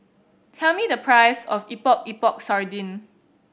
tell me the price of Epok Epok Sardin